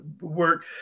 work